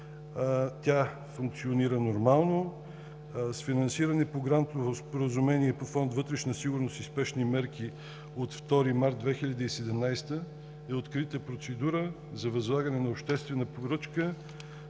тя функционира нормално. С финансирани по грантово споразумение по фонд „Вътрешна сигурност и спешни мерки“ от 2 март 2017 г. е открита процедура за възлагане на обществена поръчка